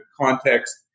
context